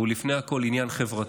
אבל הוא לפני הכול עניין חברתי.